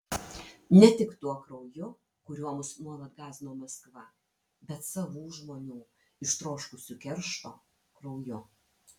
ne tik tuo krauju kuriuo mus nuolat gąsdino maskva bet savų žmonių ištroškusių keršto krauju